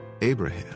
Abraham